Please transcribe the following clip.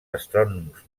astrònoms